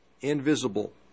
invisible